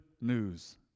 news